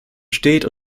steht